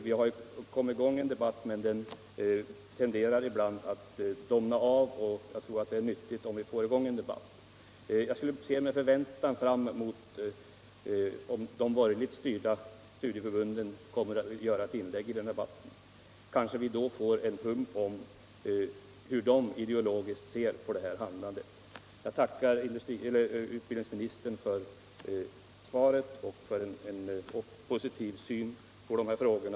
Det har kommit i gång en debatt, men den tenderar ibland att domna av. Jag ser med förväntan fram mot att de borgerligt styrda studieförbunden gör ett inlägg i den här debatten. Kanske vi då får en hum om hur de ideologiskt ser på problemen. Jag tackar än en gång utbildningsministern för svaret och för hans positiva syn på de här frågorna.